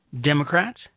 Democrats